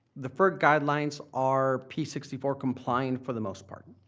the ferc guidelines are p sixty four compliant for the most part.